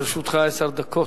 לרשותך עשר דקות.